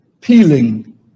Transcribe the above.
peeling